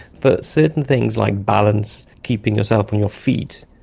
for certain things like balance, keeping yourself on your feet,